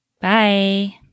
Bye